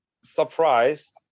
surprised